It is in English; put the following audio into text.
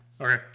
Okay